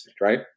right